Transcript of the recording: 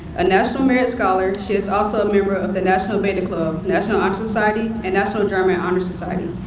a national merit scholar, she is also a member of the national beta club, national honor society, and national german honor society.